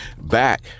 back